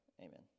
amen